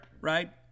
right